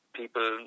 people